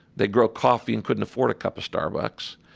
they grow coffee and couldn't afford a cup of starbucks.